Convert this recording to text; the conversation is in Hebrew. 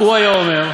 "הוא היה אומר: